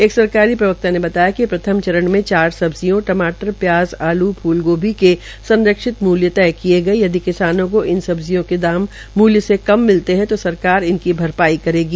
एक सरकारी प्रवकता ने बताया कि प्रथम चरण में चार सब्जियों टमाटर प्याज आल् फू लगोभी के संरक्षित मूल्य तय किये गये यदि किसानों को इन सब्जियों के दाम मूल्य से कम मिलते है तो सरकार इनकी भरपाई करेगी